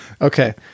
Okay